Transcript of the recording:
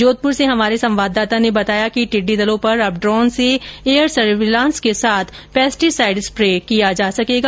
जोधपूर से हमारे संवाददाता ने बताया कि टिड्डी दलों पर अब ड्रोन से एयर सर्विलांस के साथ पेस्टीसाइड स्प्रे किया जा सकेगा